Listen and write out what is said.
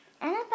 Annabelle